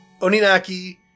Oninaki